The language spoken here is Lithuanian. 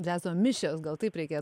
džiazo mišios gal taip reikia